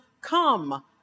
Come